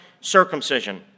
circumcision